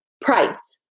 price